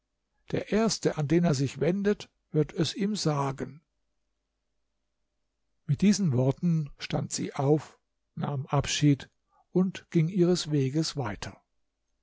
der erste an den er sich wendet wird es ihm sagen mit diesen worten stand sie auf nahm abschied und ging ihres weges weiter